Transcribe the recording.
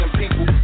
people